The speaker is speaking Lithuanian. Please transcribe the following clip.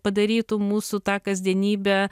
padarytų mūsų tą kasdienybę